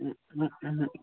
ꯎꯝ ꯎꯝ ꯎꯝ